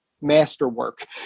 masterwork